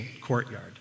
courtyard